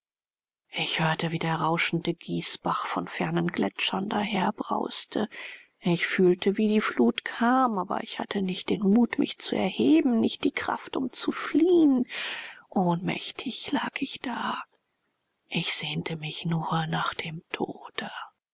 ich hörte wie der rauschende gießbach von fernen gletschern daherbrauste ich fühlte wie die flut kam aber ich hatte nicht den mut mich zu erheben nicht die kraft um zu fliehen ohnmächtig lag ich da ich sehnte mich nur nach dem tode